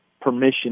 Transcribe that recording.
permission